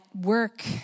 work